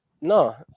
no